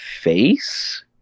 face